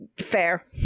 fair